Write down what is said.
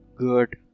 Good